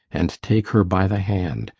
and take her by the hand,